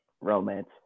romance